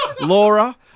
Laura